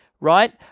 right